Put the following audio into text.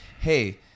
hey